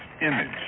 image